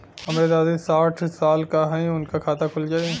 हमरे दादी साढ़ साल क हइ त उनकर खाता खुल जाई?